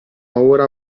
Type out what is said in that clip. ora